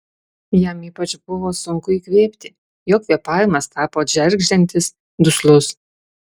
jam ypač buvo sunku įkvėpti jo kvėpavimas tapo džeržgiantis duslus